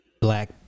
black